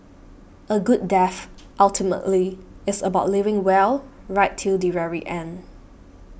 a good death ultimately is about living well right till the very end